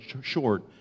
short